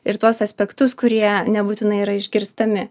ir tuos aspektus kurie nebūtinai yra išgirstami